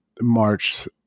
March